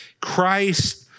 Christ